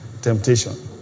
temptation